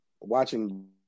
watching